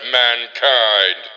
mankind